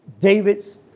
David's